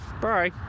bye